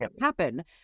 happen